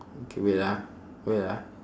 okay wait ah wait ah